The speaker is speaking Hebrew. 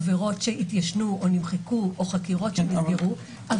עבירות שהתיישנו או נמחקו או חקירות שנסגרו,